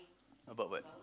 about what